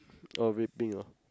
oh vaping ah